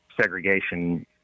segregation